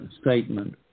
statement